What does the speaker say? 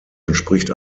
entspricht